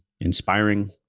inspiring